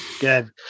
Good